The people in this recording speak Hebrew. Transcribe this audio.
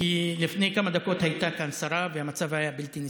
כי לפני כמה דקות הייתה כאן שרה והמצב היה בלתי נסבל.